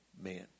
man